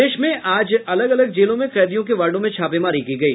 प्रदेश में आज अलग अलग जेलों में कैदियों के वार्डों में छापेमारी की गयी